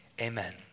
amen